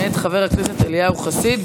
מאת חבר הכנסת אליהו חסיד,